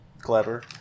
clever